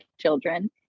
children